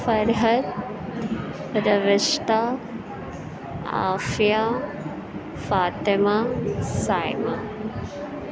فرحت روشتہ عافیہ فاطمہ صائمہ